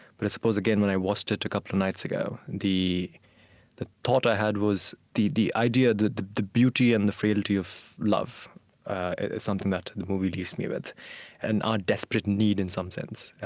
but i suppose, again, when i watched it a couple of nights ago, the the thought i had was the the idea the the beauty and the frailty of love is something that the movie leaves me with and our desperate need, in some sense,